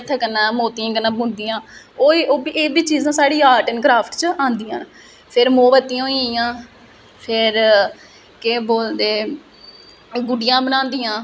ओहदे कन्नै तुसेंगी ओहदे कन्नै तुसेंगी बेनीफिट है कि जिसलै कुसै ने तुसेंगी आखेआ कि कुसे ने तुसेंगी आखेआ कि मेरा कोई आर्ट बनाओ तुस ओहदे बदले तुस